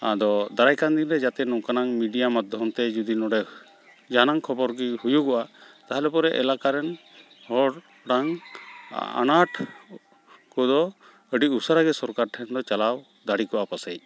ᱟᱫᱚ ᱫᱟᱨᱟᱭᱠᱟᱱ ᱫᱤᱱᱨᱮ ᱡᱟᱛᱮ ᱱᱚᱝᱠᱟᱱᱟᱝ ᱢᱤᱰᱤᱭᱟ ᱢᱟᱫᱽᱫᱷᱚᱢᱛᱮ ᱡᱚᱫᱤ ᱱᱚᱰᱮ ᱡᱟᱦᱟᱱᱟᱝ ᱠᱷᱚᱵᱚᱨᱜᱮ ᱦᱩᱭᱩᱜᱚᱼᱟ ᱛᱟᱦᱞᱮᱯᱚᱨᱮ ᱮᱞᱟᱠᱟᱨᱮᱱ ᱦᱚᱲᱟᱝ ᱟᱱᱟᱴ ᱠᱚᱫᱚ ᱟᱹᱰᱤ ᱩᱥᱟᱹᱨᱟᱜᱮ ᱥᱚᱨᱠᱟᱨᱴᱷᱮᱱ ᱫᱚ ᱪᱟᱞᱟᱣ ᱫᱟᱲᱮᱠᱚᱜᱼᱟ ᱯᱟᱥᱮᱪ